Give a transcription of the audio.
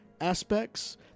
aspects